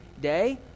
day